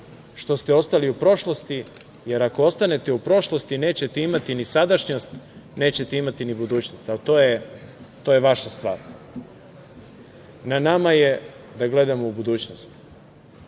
što ste ostali u prošlosti, jer ako ostanete u prošlosti, nećete imati ni sadašnjost, nećete imati ni budućnost, ali to je vaša stvar. Na nama je da gledamo u budućnost.U